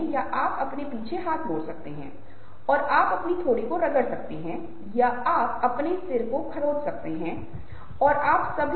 गुस्सा एक ऐसी चीज़ है जहाँ आप देखते हैं कि आप आम तौर पर इन दोनों मांसपेशियों को एक साथ पास लाने की प्रवृत्ति रखते हैं